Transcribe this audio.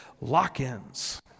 lock-ins